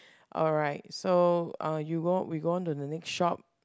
alright so uh you go we go on to the next shop